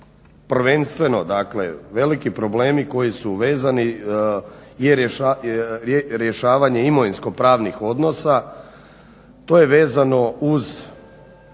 prvenstveno, dakle veliki problemi koji su vezani je rješavanje imovinsko-pravnih odnosa, to je vezano uz